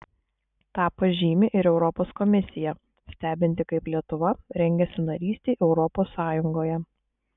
tą pažymi ir europos komisija stebinti kaip lietuva rengiasi narystei europos sąjungoje